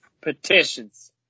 Petitions